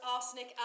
Arsenic